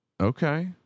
Okay